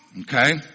Okay